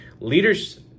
leaders